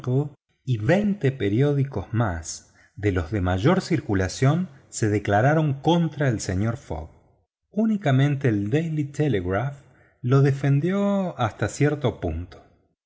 y veinte periódicos más de los de mayor circulación se declararon contra el señor fogg únicamente el daily telegraph lo defendió hasta cierto punto